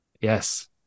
Yes